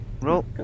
Roll